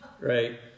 right